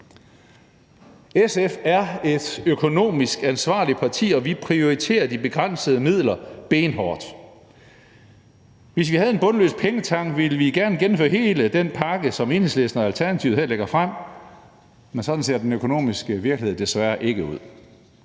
SF er et økonomisk ansvarligt parti, og vi prioriterer de begrænsede midler benhårdt. Hvis vi havde en bundløs pengetank, ville vi gerne gennemføre hele den pakke, som Enhedslisten og Alternativet her lægger frem. Men sådan ser den økonomiske virkelighed desværre ikke ud.